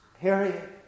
Period